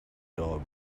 dog